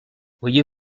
voyez